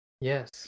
yes